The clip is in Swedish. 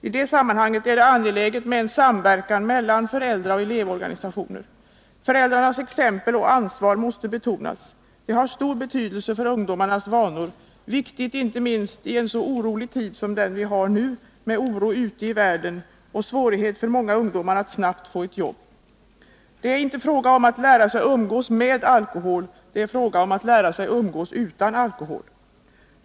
I det sammanhanget är det angeläget med en samverkan mellan föräldrar och elevorganisationer. Föräldrarnas exempel och ansvar måste betonas. Det har en stor betydelse för ungdomarnas alkoholvanor och är viktigt inte minst i en tid som denna, med oro ute i världen och med svårighet för många ungdomar att snabbt få ett jobb. Det är inte fråga om att lära sig umgås med alkohol, utan det är fråga om att lära sig umgås utan alkohol.